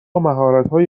مهارتهای